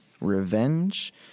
Revenge